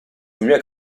двумя